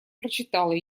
прочитал